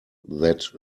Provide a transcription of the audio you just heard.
that